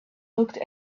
looked